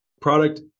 Product